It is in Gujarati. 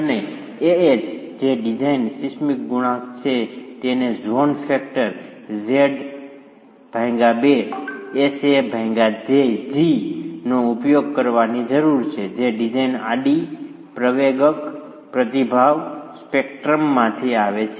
અને Ah જે ડિઝાઇન સિસ્મિક ગુણાંક છે તેને ઝોન ફેક્ટર Z2 Sag નો ઉપયોગ કરવાની જરૂર છે જે ડિઝાઇન આડી પ્રવેગક પ્રતિભાવ સ્પેક્ટ્રમમાંથી આવે છે